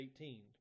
18